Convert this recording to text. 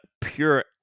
pure